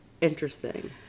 interesting